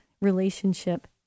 relationship